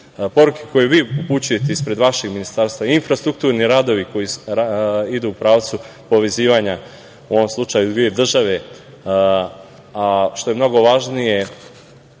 poruke koje vi upućujete ispred vašeg ministarstva, infrastrukturni radovi koji idu u pravcu povezivanja, u ovom slučaju dve države, a što je mnogo važnije,